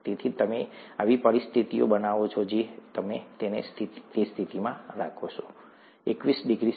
તેથી તમે આવી પરિસ્થિતિઓ બનાવો છો અને તમે તેને તે સ્થિતિમાં રાખો છો એકવીસ ડિગ્રી સે